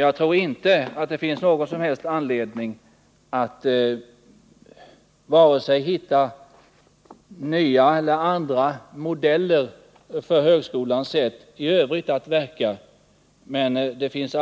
Jag tror inte heller att det finns någon anledning att söka finna några andra modeller för högskolans sätt att verka i övrigt än de som gäller i dag, men det finns